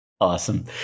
awesome